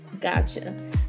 gotcha